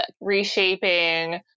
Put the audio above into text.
reshaping